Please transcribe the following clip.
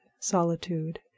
Solitude